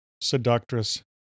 seductress